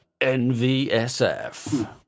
NVSF